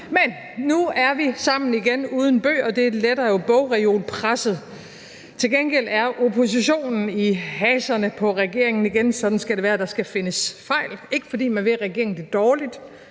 Men nu er vi sammen igen uden bøger, og det letter jo bogreolpresset. Til gengæld er oppositionen i haserne på regeringen igen, sådan skal det være, der skal findes fejl, og det er ikke, fordi man vil regeringen det dårligt